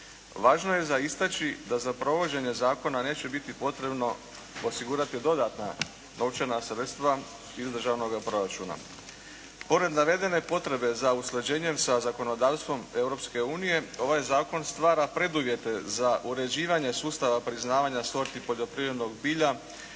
Važno je za istaći da za provođenje zakona neće biti potrebno osigurati dodatna novčana sredstva iz državnoga proračuna. Pored navedene potrebe za usklađenjem sa zakonodavstvom Europske unije ovaj zakon stvara preduvjete za uređivanje sustava priznavanja sorti poljoprivrednog bilja